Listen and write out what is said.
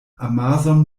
amason